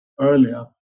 earlier